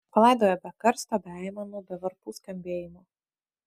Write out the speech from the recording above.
palaidojo be karsto be aimanų be varpų skambėjimo